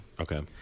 Okay